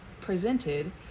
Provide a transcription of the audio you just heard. presented